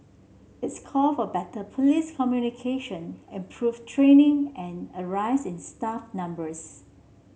it's called for better police communication improved training and a rise in staff numbers